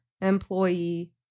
employee